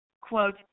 quote